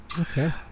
Okay